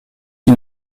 qui